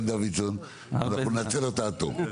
כן דוידסון, ואנחנו ננצל אותה עד תום.